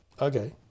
Okay